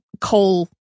coal